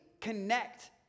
connect